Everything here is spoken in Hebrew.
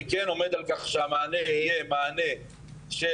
אני כן עומד על כך שהמענה יהיה מענה חלקי,